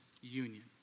union